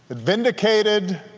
but vindicated